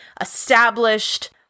established